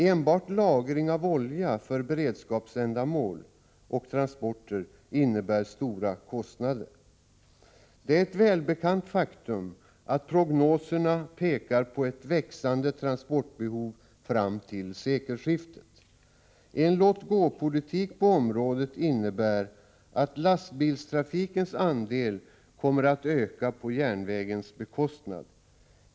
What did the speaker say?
Enbart lagring av olja för beredskapsändamål och transporter innebär stora kostnader. Det är ett välbekant faktum att prognoserna pekar på ett växande transportbehov fram till sekelskiftet. En låt-gå-politik på området innebär att lastbilstrafikens andel kommer att öka på järnvägens bekostnad.